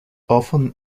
often